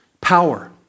Power